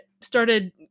started